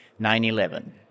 9-11